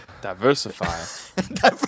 Diversify